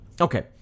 Okay